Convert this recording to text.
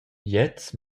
gliez